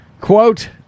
Quote